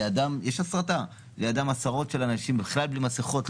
לידם עשרות של אנשים בכלל בלי מסכות,